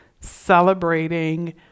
celebrating